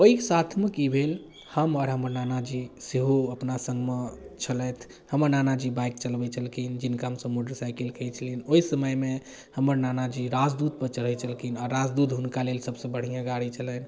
ओहि साथमे कि भेल हम आओर हमर नानाजी सेहो अपना सङ्गमे छलथि हमर नानाजी बाइक चलबैत छलखिन जिनका हमसभ मोटरसाइकिल कहै छलिए ओहि समयमे हमर नानाजी राजदूतपर चढ़ै छलखिन हँ आओर राजदूत हुनकालेल सबसँ बढ़िआँ गाड़ी छलनि